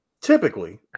Typically